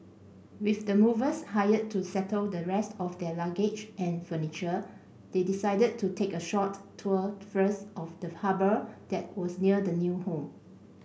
with the movers hired to settle the rest of their luggage and furniture they decided to take a short tour first of the harbour that was near their new home